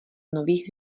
nových